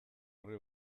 orri